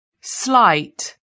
slight